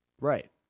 Right